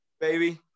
Baby